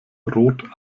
rot